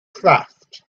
craft